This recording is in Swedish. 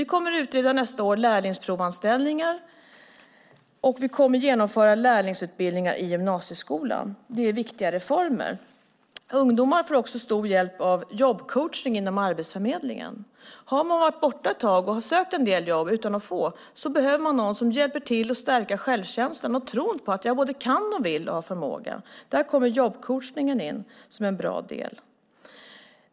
Vi kommer nästa år att utreda lärlingsprovanställningar och vi kommer att genomföra lärlingsutbildningar i gymnasieskolan. Det är viktiga reformer. Ungdomar får också stor hjälp genom jobbcoachning inom Arbetsförmedlingen. Om man har sökt en del jobb utan att få något behöver man någon som hjälper en att stärka självkänslan och får en att tro på att man kan och vill och har förmåga. Där kommer jobbcoachningen in.